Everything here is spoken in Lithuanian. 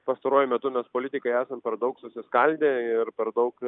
pastaruoju metu mes politikai esam per daug susiskaldę ir per daug